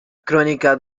crónica